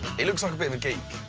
he looks like a bit of a geek,